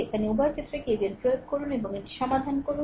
এখানে উভয় ক্ষেত্রে KVL প্রয়োগ করুন এবং এটি সমাধান করুন